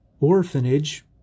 Orphanage